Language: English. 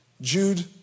Jude